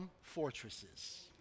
fortresses